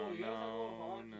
no